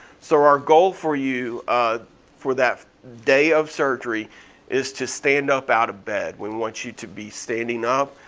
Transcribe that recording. so our goal for you ah for that day of surgery is to stand up out of bed. we want you to be standing up,